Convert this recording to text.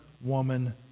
woman